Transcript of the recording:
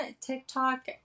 TikTok